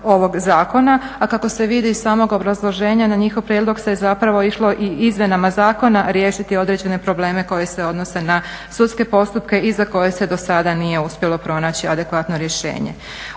A kako se vidi iz samog obrazloženja na njihov prijedlog se zapravo išlo i izmjenama zakona riješiti određene probleme koji se odnose na sudske postupke i za koje se dosada nije uspjelo pronaći adekvatno rješenje.